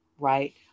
Right